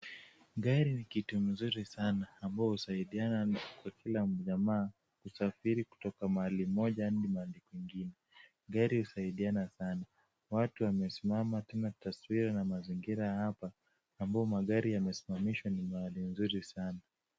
Gari ni kitu mzuri sana ambao husaidiana kwa kila mjamaa kusafiri kutoka mahali moja hadi mahali kwingine, gari husaidiana sana. Watu wamesimama tena taswira na mazingira ya hapa ambao magari yamesimamishwa ni mahali mzuri sana.